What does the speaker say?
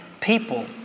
people